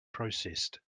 processed